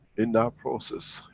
in that process,